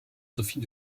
sophie